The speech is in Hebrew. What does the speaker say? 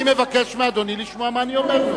אני מבקש מאדוני לשמוע מה אני אומר לו.